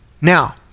Now